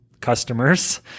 customers